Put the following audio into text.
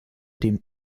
dem